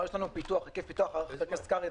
חבר הכנסת קרעי,